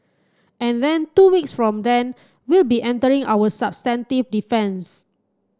and then two weeks from then we'll be entering our substantive defence